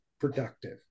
productive